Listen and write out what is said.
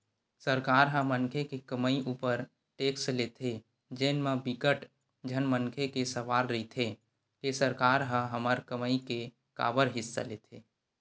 सरकार ह मनखे के कमई उपर टेक्स लेथे जेन म बिकट झन मनखे के सवाल रहिथे के सरकार ह हमर कमई के काबर हिस्सा लेथे